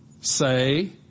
say